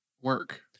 work